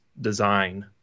design